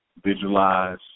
visualize